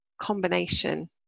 combination